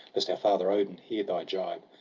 lest our father odin hear thee gibe!